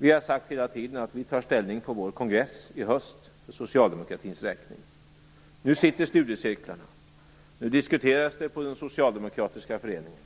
Vi har hela tiden sagt att vi tar ställning på vår kongress i höst för Socialdemokraternas räkning. Nu sitter studiecirklarna, nu diskuteras det på de socialdemokratiska föreningarna,